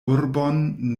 urbon